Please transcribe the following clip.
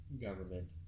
government